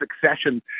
succession